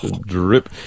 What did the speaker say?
drip